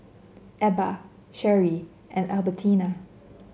Ebba Sherie and Albertina